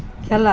খেলা